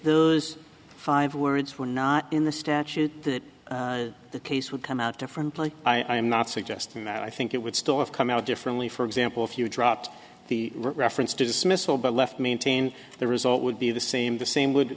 the five words were not in the statute that the case would come out differently i am not suggesting that i think it would still have come out differently for example if you dropped the reference dismissal but left maintain the result would be the same the same would